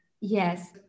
yes